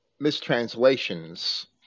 mistranslations